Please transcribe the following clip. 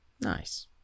Nice